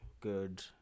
Good